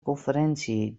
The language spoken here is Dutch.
conferentie